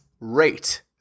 rate